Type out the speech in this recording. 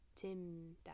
Tim